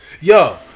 yo